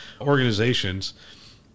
organizations